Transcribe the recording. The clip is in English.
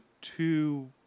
two